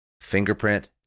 fingerprint